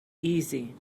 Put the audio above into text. easy